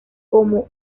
como